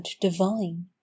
divine